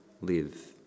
live